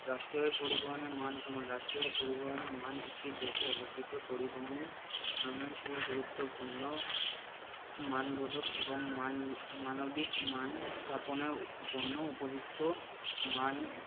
রাষ্ট্রীয় পরিবহনের মান কেমন রাষ্ট্রীয় পরিবহনের মান একটি দেশে অবস্থিত পরিবহনের গুরুত্বপূর্ণ মানবোধক এবং মান মানবিক মান স্থাপনের জন্য উপযুক্ত মান